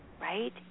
right